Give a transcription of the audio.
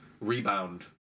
rebound